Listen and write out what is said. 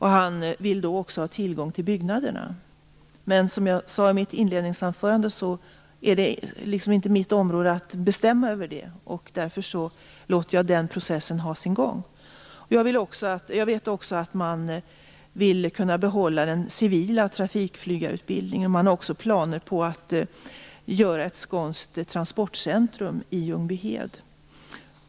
Han vill också ha tillgång till byggnaderna, men som jag sade i mitt inledningsanförande ligger det inte inom mitt område att bestämma över det. Därför låter jag den processen ha sin gång. Jag vet också att man vill behålla den civila trafikflygarutbildningen. Man har också planer på att göra ett skånskt transportcentrum i Ljungbyhed.